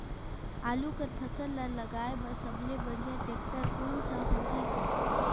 आलू कर फसल ल लगाय बर सबले बढ़िया टेक्टर कोन सा होही ग?